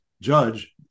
judge